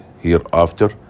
hereafter